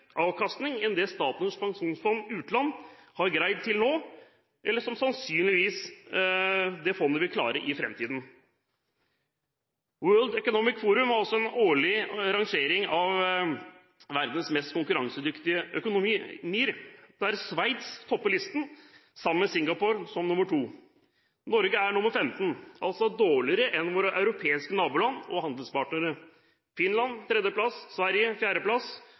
avkastning enn det Statens pensjonsfond utland har greid til nå, eller som det er sannsynlig at fondet vil klare i framtiden. The World Economic Forum har også en årlig rangering av verdens mest konkurransedyktige økonomier, der Sveits topper listen, med Singapore som nr. 2. Norge er nr. 15, altså dårligere enn våre naboland og handelspartnere – Finland nr. 3, Sverige